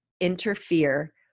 interfere